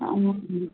ആ